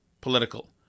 political